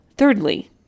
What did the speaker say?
Thirdly